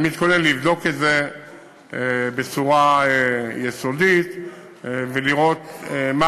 אני מתכונן לבדוק את זה בצורה יסודית ולראות מה